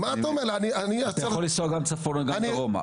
אתה יכול לנסוע גם צפונה וגם דרומה.